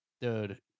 dude